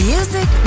Music